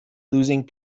losing